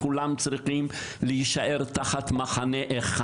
כולם צריכים להישאר תחת מחנה אחד.